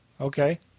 Okay